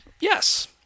yes